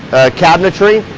cabinetry?